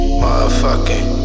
motherfucking